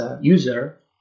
user